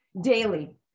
daily